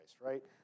right